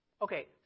Okay